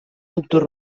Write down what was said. doctor